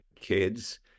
kids